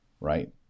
Right